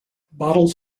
bottles